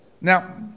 Now